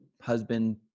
husband